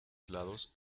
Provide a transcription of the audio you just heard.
lados